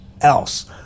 else